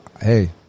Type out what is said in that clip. Hey